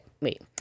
wait